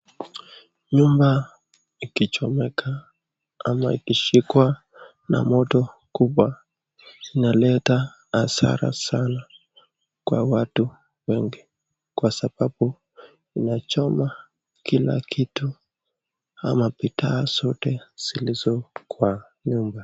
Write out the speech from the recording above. Nyumba ikichomeka ama akishikwa na moto kubwa inaleta hasara sana kwa watu wengi kwa sababu inachoma kila kitu ama bidhaa zote zilizo kwa nyumba.